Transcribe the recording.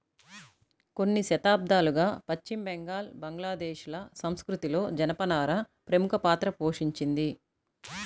కొన్ని శతాబ్దాలుగా పశ్చిమ బెంగాల్, బంగ్లాదేశ్ ల సంస్కృతిలో జనపనార ప్రముఖ పాత్ర పోషించింది